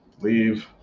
Leave